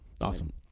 awesome